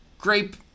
grape